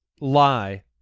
lie